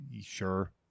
sure